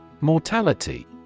Mortality